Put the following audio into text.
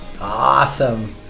Awesome